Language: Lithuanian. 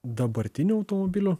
dabartinių automobilių